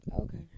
Okay